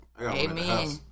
Amen